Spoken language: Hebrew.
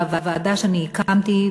בוועדה שאני הקמתי,